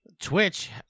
Twitch